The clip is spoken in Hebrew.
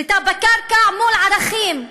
שליטה בקרקע מול ערכים?